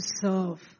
serve